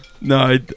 No